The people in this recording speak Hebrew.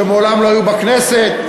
שמעולם לא היו בכנסת,